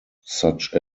such